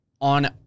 on